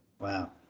Wow